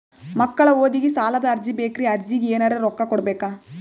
ಮಕ್ಕಳ ಓದಿಗಿ ಸಾಲದ ಅರ್ಜಿ ಬೇಕ್ರಿ ಅರ್ಜಿಗ ಎನರೆ ರೊಕ್ಕ ಕೊಡಬೇಕಾ?